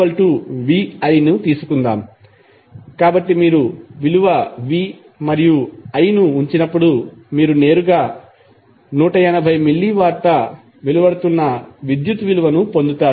pvi ని తీసుకుందాం కాబట్టి మీరు విలువ v మరియు i ను ఉంచినప్పుడు మీరు నేరుగా 180 మిల్లీ వాట్ల వెలువడుతున్న విద్యుత్ విలువను పొందుతారు